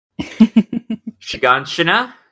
Shiganshina